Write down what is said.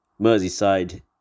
merseyside